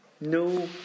No